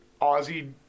Ozzy